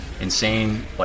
insane